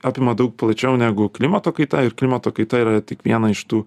apima daug plačiau negu klimato kaita ir klimato kaita yra tik viena iš tų